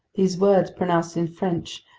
these words, pronounced in french,